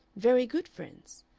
very good friends.